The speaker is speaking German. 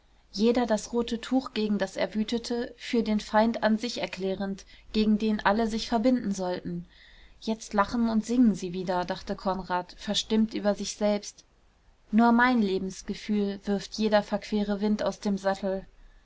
jeder das rote tuch gegen das er wütete für den feind an sich erklärend gegen den alle sich verbinden sollten jetzt lachen und singen sie wieder dachte konrad verstimmt über sich selbst nur mein lebensgefühl wirft jeder verquere wind aus dem sattel